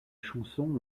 chanson